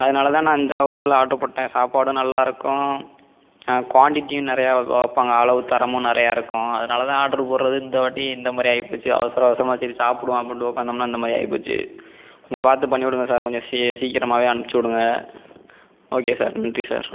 அதனால்தான் நான் இந்த ஹோட்டலில் ஆட்ரு போட்டேன் சாப்பாடும் நல்லாயிருக்கும் குவான்டிட்டியும் நிறைய வ வைப்பாங்க அளவு தரமும் நிறைய இருக்கும் அதனால்தான் ஆட்ரு போடுறது இந்த வாட்டி இந்தமாதிரி ஆகிப்போச்சு அவசர அவசரமாக சரி சாப்பிடுவோம் அப்படின்னுட்டு உட்காந்தோம்னா இந்தமாதிரி ஆகிப்போச்சு கொஞ்சம் பார்த்து பண்ணி விடுங்க சார் கொஞ்சம் சீ சீக்கிரமாகவே அனுப்பிச்சு விடுங்க ஓகே சார் நன்றி சார்